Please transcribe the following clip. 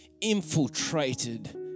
infiltrated